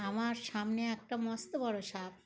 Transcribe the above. আমার সামনে একটা মস্ত বড় সাপ